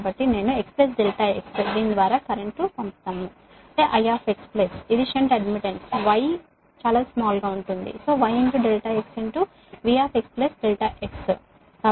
కాబట్టి నేను x ∆x దీని ద్వారా కరెంట్ అవుతాను I ప్లస్ ఇది shunt admittance y small y ∆x V x ∆x